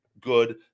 good